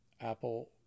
Apple